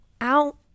Out